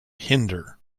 hinder